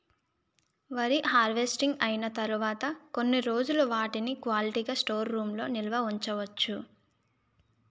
వరి హార్వెస్టింగ్ అయినా తరువత ఎన్ని రోజులు వాటిని క్వాలిటీ గ స్టోర్ రూమ్ లొ నిల్వ ఉంచ వచ్చు?